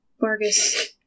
Vargas